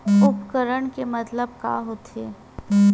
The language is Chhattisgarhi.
उपकरण के मतलब का होथे?